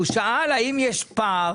האם יש פער